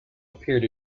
appeared